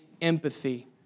empathy